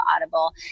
Audible